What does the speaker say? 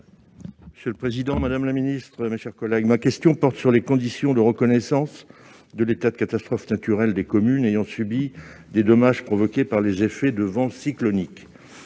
n° 1972, adressée à M. le ministre de l'intérieur. Ma question porte sur les conditions de reconnaissance de l'état de catastrophe naturelle des communes ayant subi des dommages provoqués par les effets de vents cycloniques.